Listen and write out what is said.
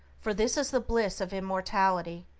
for this is the bliss of immortality,